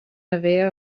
haver